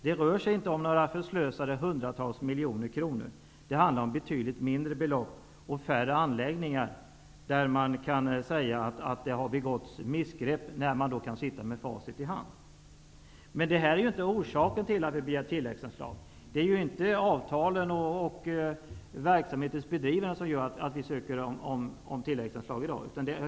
Det rör sig inte om förslösade hundratals miljoner. Det handlar om betydligt mindre belopp och färre anläggningar där man kan säga att det har begåtts missgrepp, nu när vi sitter med facit i hand. Detta är inte orsaken till att man ansöker om tilläggsanslag. Det är inte avtalen och det sätt på vilket verksamheten bedrivs som gör att man ansöker om tilläggsanslag.